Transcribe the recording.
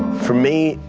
for me,